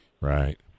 Right